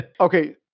Okay